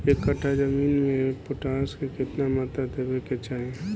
एक कट्ठा जमीन में पोटास के केतना मात्रा देवे के चाही?